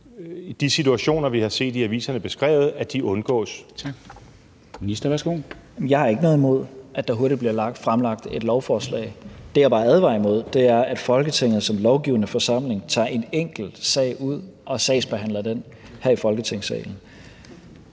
og integrationsministeren (Mattias Tesfaye): Jeg har ikke noget imod, at der hurtigt bliver fremsat et lovforslag. Det, jeg bare advarer imod, er, at Folketinget som lovgivende forsamling tager en enkeltsag ud og sagsbehandler den her i Folketingssalen.